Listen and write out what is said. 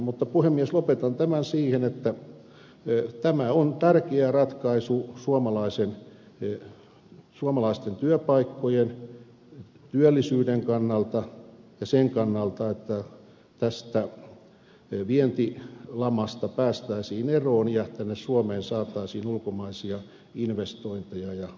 mutta puhemies lopetan tämän siihen että tämä on tärkeä ratkaisu suomalaisten työpaikkojen ja työllisyyden kannalta ja sen kannalta että tästä vientilamasta päästäisiin eroon ja tänne suomeen saataisiin ulkomaisia investointeja ja ulkomaisia sijoituksia